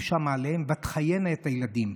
"ותחייןָ את הילדים".